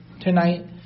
tonight